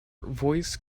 voice